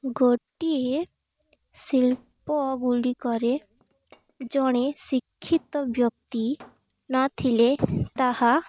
ଗୋଟିଏ ଶିଳ୍ପଗୁଡ଼ିକରେ ଜଣେ ଶିକ୍ଷିତ ବ୍ୟକ୍ତି ନଥିଲେ ତାହା